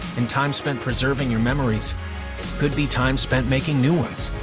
and time spent preserving your memories could be time spent making new ones.